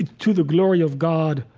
to the glory of god,